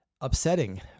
upsetting